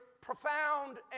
profound